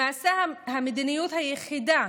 למעשה, המדיניות היחידה